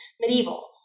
medieval